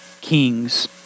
kings